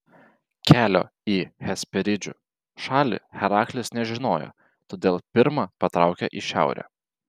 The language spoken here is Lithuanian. kelio į hesperidžių šalį heraklis nežinojo todėl pirma patraukė į šiaurę